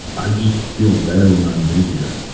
i just feel better when i'm busier.